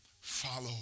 Follow